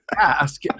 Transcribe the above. ask